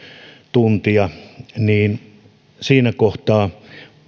tuntia siinä kohtaa